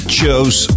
chose